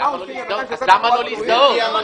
למה לא להזדהות?